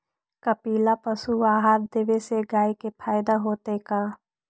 कपिला पशु आहार देवे से गाय के फायदा होतै का?